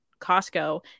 Costco